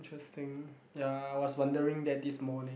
interesting ya I was wondering that this morning